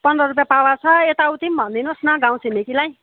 पन्ध्र रुपियाँ पावा छ यता उति पनि भनिदिनुहोस् न गाउँछिमेकीलाई